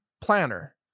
planner